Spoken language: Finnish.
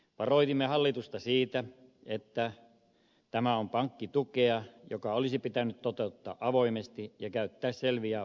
varoitimme hallitusta siitä että tämä on pankkitukea joka olisi pitänyt toteuttaa avoimesti ja olisi pitänyt käyttää selviä pankkitukisääntöjä